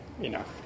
enough